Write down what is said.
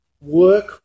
Work